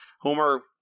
Homer